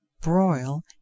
broil